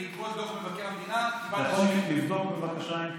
ובעקבות דוח מבקר המדינה,